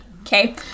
Okay